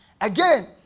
again